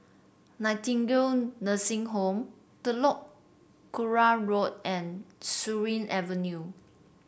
Nightingale Nursing Home Telok Kurau Road and Surin Avenue